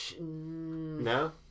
No